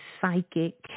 psychic